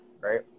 right